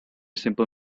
simple